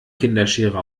kinderschere